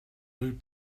mood